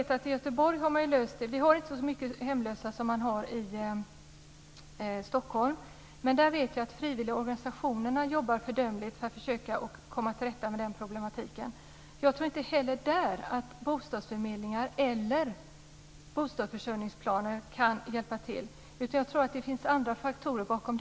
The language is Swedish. I Göteborg har man inte så många hemlösa som i Stockholm, men där vet jag att de frivilliga organisationerna har jobbat föredömligt för att försöka komma till rätta med problemen. Jag tror inte att bostadsförmedlingar eller bostadsförsörjningsplaner kan hjälpa till där heller, utan jag tror att det finns andra faktorer bakom.